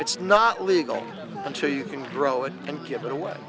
it's not legal until you can grow it and give it away